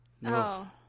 No